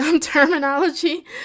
terminology